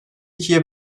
ikiye